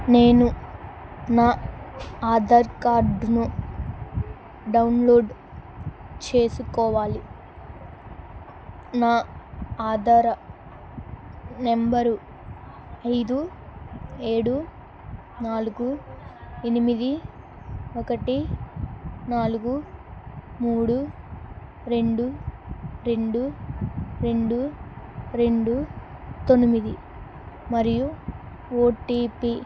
నేను నా ఆధార్ కార్డ్ను డౌన్లోడ్ చేసుకోవాలి నా ఆధార్ నెంబరు ఐదు ఏడు నాలుగు ఎనిమిది ఒకటి నాలుగు మూడు రెండు రెండు రెండు రెండు తొమ్మిది మరియు ఓ టీ పీ